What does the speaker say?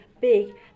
big